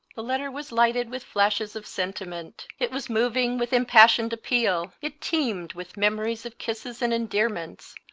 the letter was lighted with flashes of sentiment it was moving with impassioned appeal it teemed with memories of kisses and endearments,